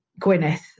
Gwyneth